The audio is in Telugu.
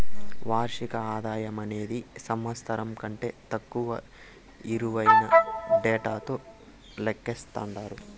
వార్షిక ఆదాయమనేది సంవత్సరం కంటే తక్కువ ఇలువైన డేటాతో లెక్కిస్తండారు